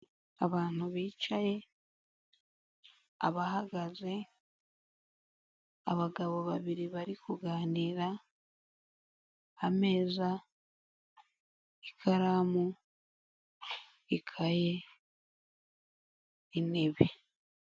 Abantu bicaye, abahagaze, abagabo babiri bari kuganira, ameza, ikaramu, ikaye, intebe.